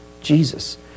Jesus